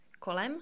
kolem